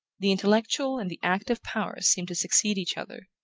the intellectual and the active powers seem to succeed each other,